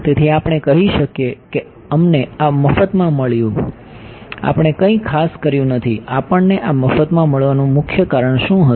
તેથી આપણે કહી શકીએ કે અમને આ મફતમાં મળ્યું આપણે કંઈ ખાસ કર્યું નથી આપણને આ મફતમાં મળવાનું મુખ્ય કારણ શું હતું